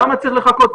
למה צריך לחכות?